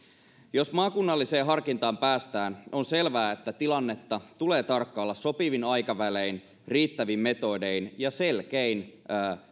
jos maakunnalliseen harkintaan päästään on selvää että tilannetta tulee tarkkailla sopivin aikavälein riittävin metodein ja selkein